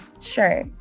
Sure